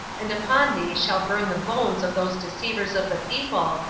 and upon thee shall burn the bones of those deceivers of the people,